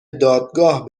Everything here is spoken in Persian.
دادگاه